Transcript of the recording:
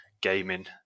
gaming